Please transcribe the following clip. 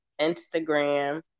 Instagram